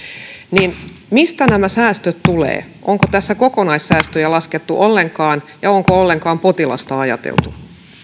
mistä nämä säästöt tulevat onko tässä kokonaissäästöjä laskettu ollenkaan ja onko ollenkaan potilasta ajateltu